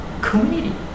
community